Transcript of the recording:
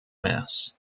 mass